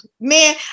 man